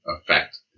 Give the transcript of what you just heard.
affect